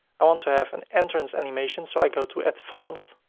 i want to have an entrance animation. so i go to advanced,